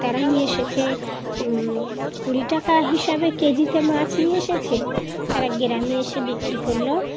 তারা নিয়ে এসেছে কুড়ি টাকা হিসাবে কেজিতে মাছ নিয়ে এসেছে তারা গ্রামে এসে বিক্রি করলো